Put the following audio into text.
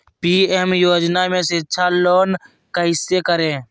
PM योजना में शिक्षा लोन कैसे करें?